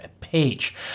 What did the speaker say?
page